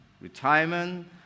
retirement